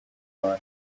bantu